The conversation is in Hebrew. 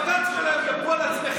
זה בגלל התעמולה שלכם.